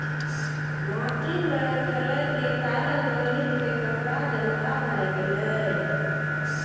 माटि मे खेलै के कारण रोहित के कपड़ा गंदा भए गेलै